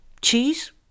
cheese